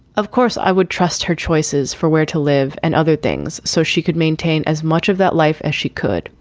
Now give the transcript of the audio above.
of course i would trust her choices for where to live and other things so she could maintain as much of that life as she could.